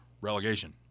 relegation